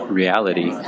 reality